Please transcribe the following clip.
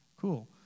cool